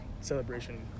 celebration